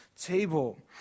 table